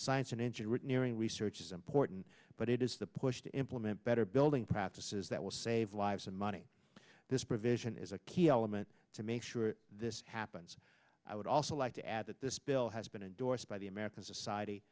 science and engineering research is important but it is the push to implement better building practices that will save lives and money this provision is a key element to make sure this happens i would also like to add that this bill has been endorsed by the american society